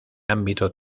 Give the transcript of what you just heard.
ámbito